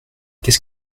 qu’est